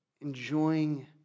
enjoying